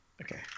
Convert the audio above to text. Okay